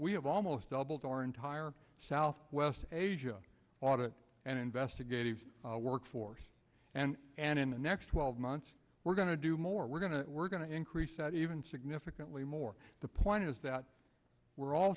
we have almost doubled our entire south west asia audit and investigative work force and and in the next twelve months we're going to do more we're going to we're going to increase even significantly more the point is that we're all